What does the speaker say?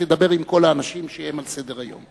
תדבר עם כל האנשים שהם על סדר-היום.